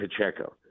Pacheco